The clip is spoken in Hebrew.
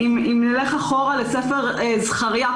אם נלך אחורה לספר זכריה,